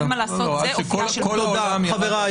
הבידוד